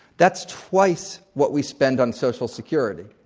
that's twice what we spend on social security,